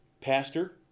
Pastor